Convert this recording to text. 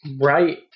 Right